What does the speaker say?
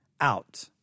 Out